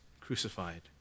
crucified